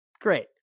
great